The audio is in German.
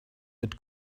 mit